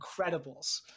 Incredibles